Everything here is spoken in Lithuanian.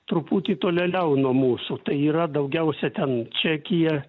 truputį tolėliau nuo mūsų tai yra daugiausia ten čekija